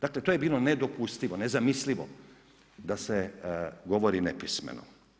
Dakle to je bilo nedopustivo, nezamislivo da se govori nepismeno.